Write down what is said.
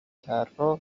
طراح